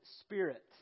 spirit